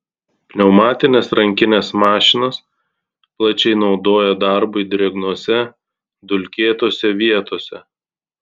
pneumatines rankines mašinas plačiai naudoja darbui drėgnose dulkėtose vietose